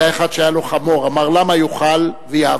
היה אחד שהיה לו חמור, אמר, למה יאכל ויעבוד?